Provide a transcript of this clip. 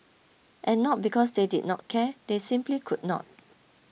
and not because they did not care they simply could not